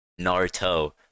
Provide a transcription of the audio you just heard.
Naruto